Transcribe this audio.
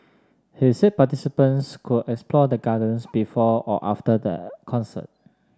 he said participants could explore the Gardens before or after the concert